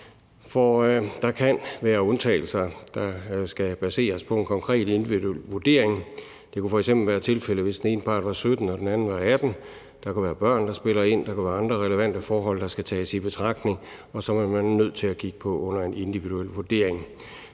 der kan være undtagelser, og de sager skal baseres på en konkret individuel vurdering. Det kan f.eks. være i tilfælde, hvor den ene part er 17 år og den anden part er 18 år. Der kan være børn, der spiller ind, og der kan være andre relevante forhold, der skal tages i betragtning, og som man er nødt til at kigge på i en individuel vurdering.